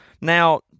now